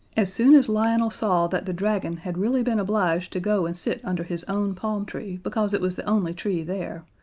as soon as lionel saw that the dragon had really been obliged to go and sit under his own palm tree because it was the only tree there,